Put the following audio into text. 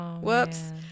Whoops